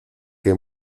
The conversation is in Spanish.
que